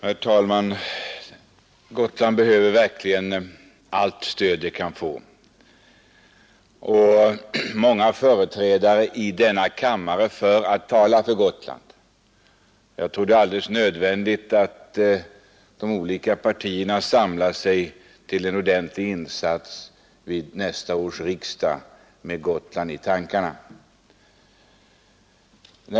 Herr talman! Gotland behöver verkligen allt stöd det kan få och har många företrädare i denna kammare som talar för sig. Jag tror att det är nödvändigt att de olika partierna samlar sig till en ordentlig insats vid nästa års riksdag med Gotland i tankarna.